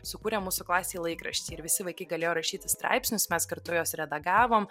sukūrė mūsų klasėj laikraštį ir visi vaikai galėjo rašyti straipsnius mes kartu juos redagavom